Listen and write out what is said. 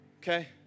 Okay